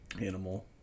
animal